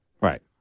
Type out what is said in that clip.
Right